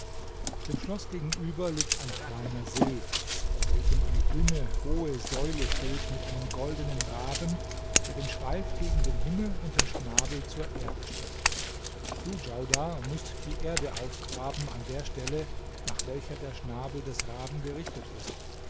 dem schloß gegenüber liegt ein kleiner see vor welchem eine dünne hohe säule steht mit einem goldenen raben der den schweif gegen den himmel und den schnabel zur erde streckt du djaudar mußt die erde aufgraben an der stelle nach welcher der schnabel des raben gerichtet ist